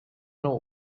know